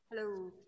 Hello